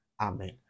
Amen